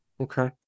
Okay